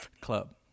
Club